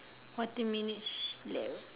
fourteen minutes left